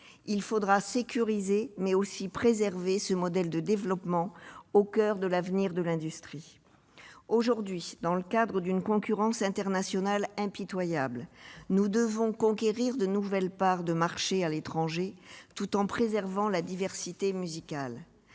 Il faudra sécuriser et préserver ce modèle de développement, qui est au coeur de l'avenir de l'industrie musicale. Aujourd'hui, dans le contexte d'une concurrence internationale impitoyable, nous devons conquérir de nouvelles parts de marchés à l'étranger tout en préservant la diversité musicale.